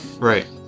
Right